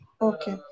Okay